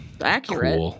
Accurate